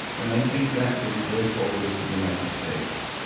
and i think that is the way forward for the united states.